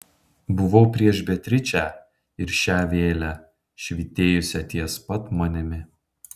buvau prieš beatričę ir šią vėlę švytėjusią ties pat manimi